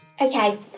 Okay